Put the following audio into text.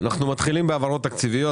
העברות תקציביות.